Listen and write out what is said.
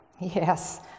Yes